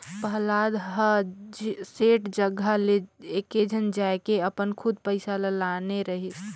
पहलाद ह सेठ जघा ले एकेझन जायके अपन खुद पइसा ल लाने रहिस